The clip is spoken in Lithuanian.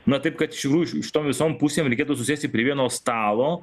na taip kad iš tikrųjų š šitom visom pusėm reikėtų susėsti prie vieno stalo